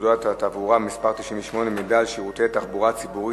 פקודת התעבורה (מס' 98) (מידע על שירותי תחבורה ציבורית),